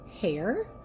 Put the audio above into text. hair